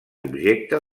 objecte